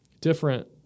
different